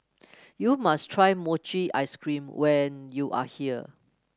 you must try Mochi Ice Cream when you are here